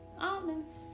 almonds